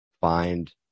find